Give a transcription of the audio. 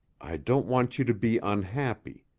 i don't want you to be unhappy.